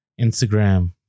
Instagram